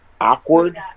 awkward